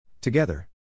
Together